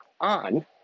on